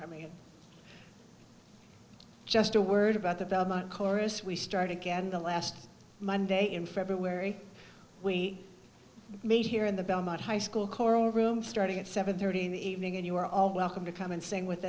i mean just a word about the belmont chorus we started again the last monday in february we made here in the belmont high school choral room starting at seven thirty in the evening and you were all welcome to come and sing with